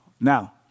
now